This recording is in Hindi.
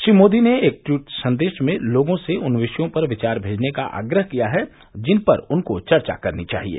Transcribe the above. श्री मोदी ने एक ट्वीट संदेश में लोगों से उन विषयों पर विचार भेजने का आग्रह किया है जिन पर उनको चर्चा करनी चाहिये